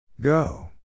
go